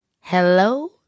Hello